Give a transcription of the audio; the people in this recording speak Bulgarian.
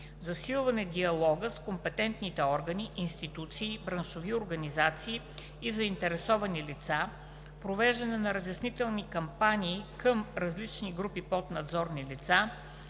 засилване диалога с компетентните органи, институции, браншови организации и заинтересовани лица, провеждане на разяснителни кампании към различните групи поднадзорни лица;